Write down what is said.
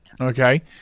Okay